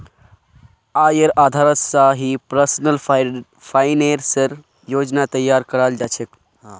आयेर आधारत स ही पर्सनल फाइनेंसेर योजनार तैयारी कराल जा छेक